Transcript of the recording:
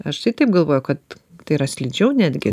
aš tai taip galvoju kad tai yra slidžiau netgi